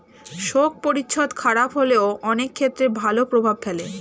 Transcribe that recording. শোক পরিচ্ছদ খারাপ হলেও অনেক ক্ষেত্রে ভালো প্রভাব ফেলে